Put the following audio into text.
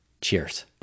Cheers